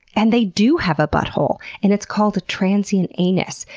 and they do have a butthole, and it's called a transient anus,